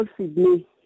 Sydney